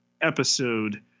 episode